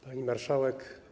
Pani Marszałek!